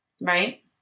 right